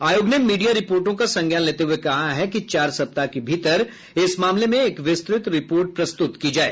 आयोग ने मीडिया रिपोर्टों का संज्ञान लेते हुए कहा है कि चार सप्ताह के भीतर इस मामले में एक विस्तृत रिपोर्ट प्रस्तुत की जाए